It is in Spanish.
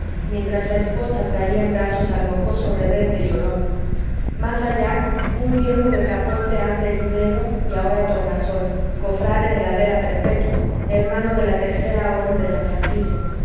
mientras la esposa traía en brazos al mocoso rebelde y llorón más allá un viejo de capote antes negro y ahora tornasol cofrade de la vela perpétua hermano de la tercera orden de san francisco